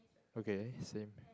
okay same